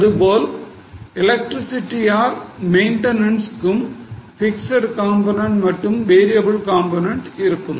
இதேபோல் electricity or maintenance க்கும் fixed component மற்றும் variable component இருக்கும்